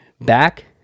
back